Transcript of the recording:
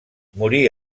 morí